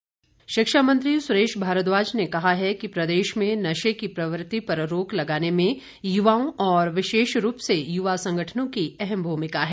भारद्वाज शिक्षा मंत्री सुरेश भारद्वाज ने कहा है कि प्रदेश में नशे की प्रवृति पर रोक लगाने में युवाओं और विशेषरूप से युवा संगठनों की अहम भूमिका है